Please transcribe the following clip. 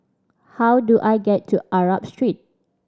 how do I get to Arab Street